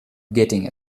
getting